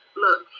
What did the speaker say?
look